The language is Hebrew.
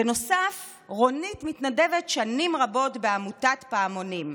בנוסף רונית מתנדבת שנים רבות בעמותת פעמונים.